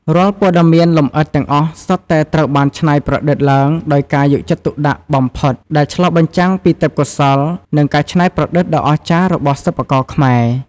រាល់ព័ត៌មានលម្អិតទាំងអស់សុទ្ធតែត្រូវបានច្នៃប្រឌិតឡើងដោយការយកចិត្តទុកដាក់បំផុត ដែលឆ្លុះបញ្ចាំងពីទេពកោសល្យ និងការច្នៃប្រឌិតដ៏អស្ចារ្យរបស់សិប្បករខ្មែរ។